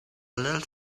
little